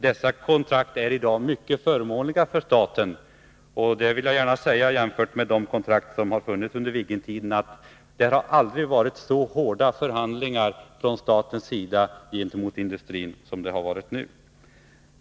Dessa kontrakt är i dag mycket förmånliga för staten. Jag vill gärna säga att i jämförelse med de kontrakt som funnits under Viggentiden har det aldrig varit så hårda förhandlingar från statens sida gentemot industrin som det varit nu.